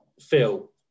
phil